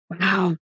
Wow